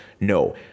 No